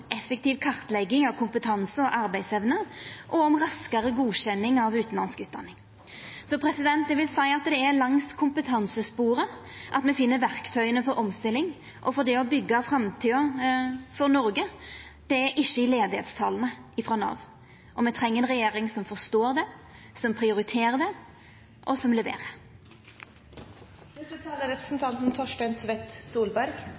effektiv kartlegging av kompetanse og arbeidsevne og om raskare godkjenning av utanlandsk utdanning. Eg vil seia at det er langs kompetansesporet me finn verktøya for omstilling og for det å byggja framtida for Noreg. Det er ikkje i arbeidsløysetala frå Nav. Me treng ei regjering som forstår det, som prioriterer det, og som leverer.